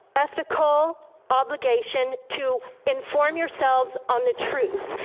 ethical obligation to inform yourselves on the truth,